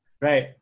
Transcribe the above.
Right